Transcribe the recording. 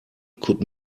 could